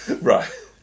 Right